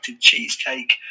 cheesecake